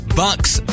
bucks